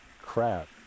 Crap